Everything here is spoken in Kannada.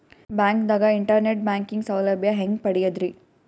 ಬ್ಯಾಂಕ್ದಾಗ ಇಂಟರ್ನೆಟ್ ಬ್ಯಾಂಕಿಂಗ್ ಸೌಲಭ್ಯ ಹೆಂಗ್ ಪಡಿಯದ್ರಿ?